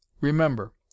Remember